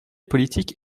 politique